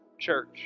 church